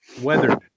Weathered